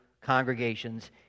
congregations